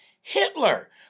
Hitler